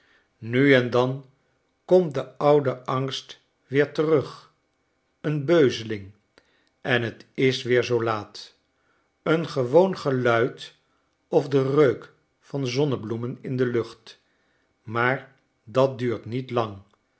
istu en dan komt de oude angst weer terug een beuzeling en t is weer zoo laat een gewoon geluid of de reuk van zomerbloemen in de lucht maar dat duurt niet lang